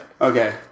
Okay